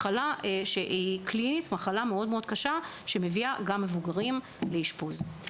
מחלה קשה שמביאה גם מבוגרים לאשפוז.